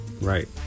right